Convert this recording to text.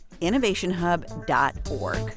innovationhub.org